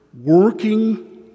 working